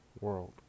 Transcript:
world